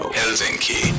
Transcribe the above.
Helsinki